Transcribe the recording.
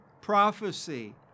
prophecy